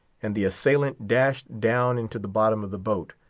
and the assailant dashed down into the bottom of the boat,